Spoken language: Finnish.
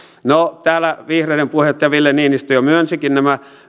no täällä vihreiden puheenjohtaja ville niinistö jo myönsikin nämä